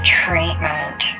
treatment